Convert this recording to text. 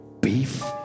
beef